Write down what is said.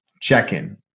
check-in